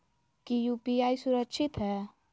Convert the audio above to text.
की यू.पी.आई सुरक्षित है?